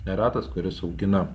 neretas kuris augina